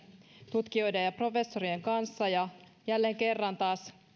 tutkijoiden ja professorien kanssa ja jälleen kerran taas